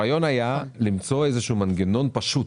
הרעיון היה למצוא איזשהו מנגנון פשוט,